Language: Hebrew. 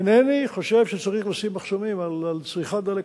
אינני חושב שצריך לשים מחסומים על צריכת דלק.